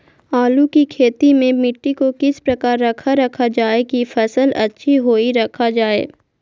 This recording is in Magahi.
आलू की खेती में मिट्टी को किस प्रकार रखा रखा जाए की फसल अच्छी होई रखा जाए?